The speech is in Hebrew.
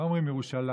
לא אומרים "ירושלים",